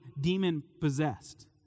demon-possessed